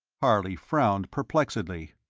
harley frowned perplexedly.